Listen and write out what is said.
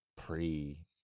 pre